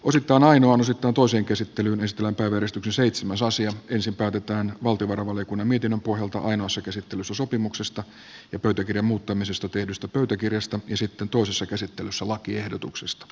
uusitaan aina on osittain toisen käsittelyn ystävänpäivänä seitsemäs osia ensin päätetään valtiovarainvaliokunnan mietinnön pohjalta ainoassa käsittelyssä sopimuksesta ja pöytäkirjan muuttamisesta tehdystä pöytäkirjasta ja sitten toisessa käsittelyssä lakiehdotuksesta